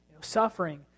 Suffering